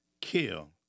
kill